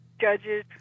Judges